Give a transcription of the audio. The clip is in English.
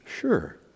Sure